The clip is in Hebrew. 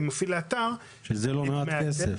שזה לא מעט כסף.